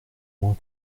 moins